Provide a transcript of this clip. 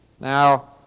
Now